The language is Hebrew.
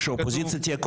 משה סעדה,